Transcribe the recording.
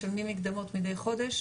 משלמים מקדמות מדי חודש,